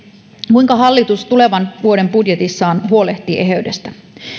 kuinka hallitus tulevan vuoden budjetissaan huolehtii eheydestä